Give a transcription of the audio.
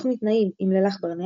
התוכנית "נעים" עם לילך ברנע